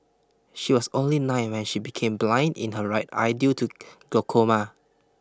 she was only nine when she became blind in her right eye due to glaucoma